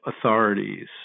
authorities